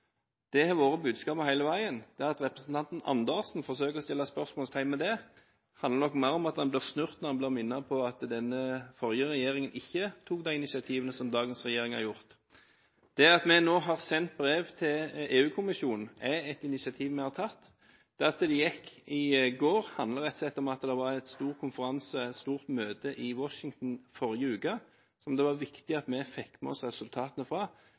Det har vært budskapet hele veien. Det at representanten Andersen forsøker å sette spørsmålstegn ved det, handler nok mer om at han blir snurt når han blir minnet på at den forrige regjeringen ikke tok de initiativer som dagens regjering har gjort. Det at vi nå har sendt brev til EU-kommisjonen, er et initiativ vi har tatt. Det at det gikk i går, handler rett og slett om at det var en stor konferanse – et stort møte – i Washington forrige uke som det var viktig at vi fikk med oss resultatene fra